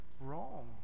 wrong